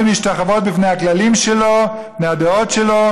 להשתחוות בפני הכללים שלו והדעות שלו.